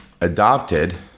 adopted